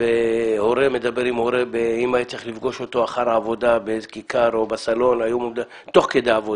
והורה מדבר עם הורה תוך כדי עבודה,